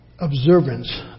Observance